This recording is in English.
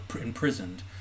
imprisoned